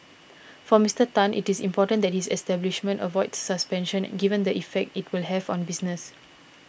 for Mister Tan it is important that his establishment avoids suspensions given the effect it will have on business